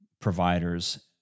providers